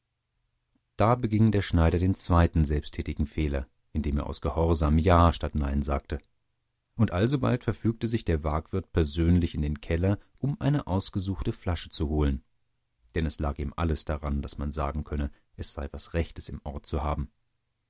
da beging der schneider den zweiten selbsttätigen fehler indem er aus gehorsam ja statt nein sagte und alsobald verfügte sich der waagwirt persönlich in den keller um eine ausgesuchte flasche zu holen denn es lag ihm alles daran daß man sagen könne es sei etwas rechtes im ort zu haben